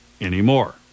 anymore